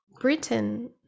britain